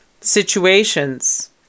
situations